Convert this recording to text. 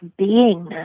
beingness